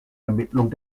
ermittlung